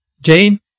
Jane